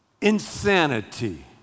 insanity